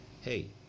hey